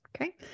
Okay